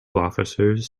officers